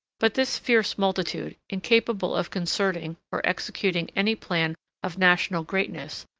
but this fierce multitude, incapable of concerting or executing any plan of national greatness,